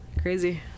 Crazy